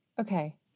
Okay